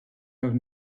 have